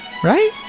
right?